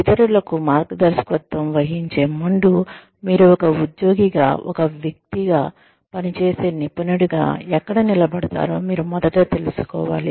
ఇతరులకు మార్గదర్శకత్వం వహించే ముందు మీరు ఒక ఉద్యోగిగా ఒక వ్యక్తిగా పనిచేసే నిపుణుడిగా ఎక్కడ నిలబడతారో మీరు మొదట తెలుసుకోవాలి